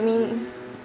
mean